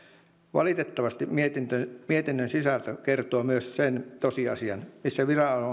valitettavasti mietinnön sisältö kertoo myös sen tosiasian missä